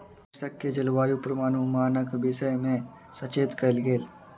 कृषक के जलवायु पूर्वानुमानक विषय में सचेत कयल गेल